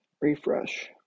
Refresh